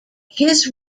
his